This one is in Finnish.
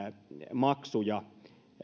maksuja